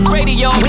Radio